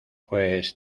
pues